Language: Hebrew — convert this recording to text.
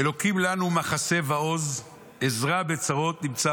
"אלוקים לנו מחסה ועֹז עזרה בצרות נמצא